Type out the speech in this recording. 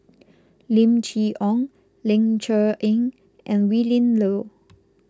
Lim Chee Onn Ling Cher Eng and Willin Low